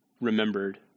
remembered